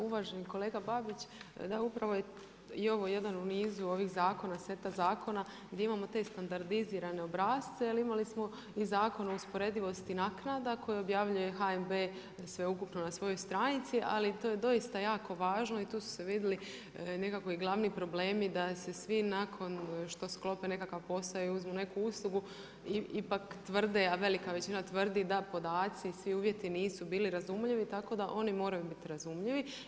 Uvaženi kolega Babić, da upravo je i ovo jedan u nizu ovih seta zakona gdje imamo te standardizirane obrasce, ali imali smo i Zakon o usporedivosti naknada koji objavljuje HNB sveukupno na svojoj stranici, ali to je doista jako važno i tu su se vidjeli nekakvi glavni problemi da se svi nakon što sklope nekakav posao i uzmu neku uslugu ipak tvrde, a velika većina tvrdi da podaci i svi uvjeti nisu bili razumljivi tako da oni moraju biti razumljivi.